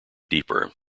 deeper